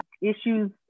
issues